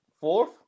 fourth